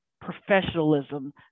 professionalism